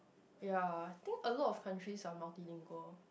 ya I think a lot of countries are multi-lingual